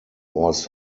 was